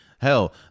Hell